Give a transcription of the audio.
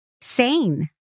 sane